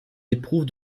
éprouve